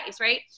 right